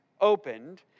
opened